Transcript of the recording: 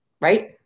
Right